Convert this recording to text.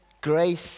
grace